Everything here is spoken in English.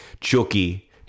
Chucky